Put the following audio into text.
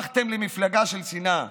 הפכתם למפלגה של שנאה.